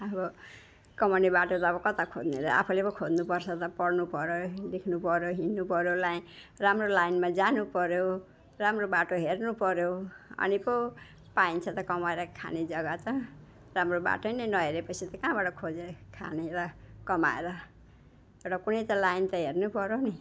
अब कमाउने बाटो त कता खोज्ने र आफैले पो खोज्नुपर्छ त पढ्नुपऱ्यो लेख्नुपऱ्यो हिँड्नुपऱ्यो लाइन राम्रो लाइनमा जानुपऱ्यो राम्रो बाटो हेर्नुपऱ्यो अनि पो पाइन्छ त कमाएर खाने जग्गा त राम्रो बाटो नै नहेरेपछि त कहाँबाट खोजेर खाने र कमाएर एउटा कुनै त लाइन त हेर्नुपऱ्यो नि